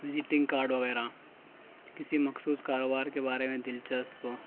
visiting card وغیرہ کسی مخصوص کاروبار کے بارے میں دلچسپ